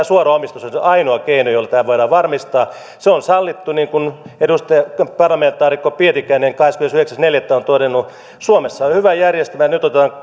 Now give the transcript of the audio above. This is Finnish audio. suora omistus on se ainoa keino jolla tämä voidaan varmistaa se on sallittu niin kuin parlamentaarikko pietikäinen kahdeskymmenesyhdeksäs neljättä on todennut suomessa on on hyvä järjestelmä ja nyt otetaan